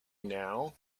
now